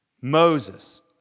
Moses